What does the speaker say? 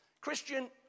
Christian